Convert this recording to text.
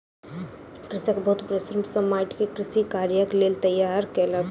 कृषक बहुत परिश्रम सॅ माइट के कृषि कार्यक लेल तैयार केलक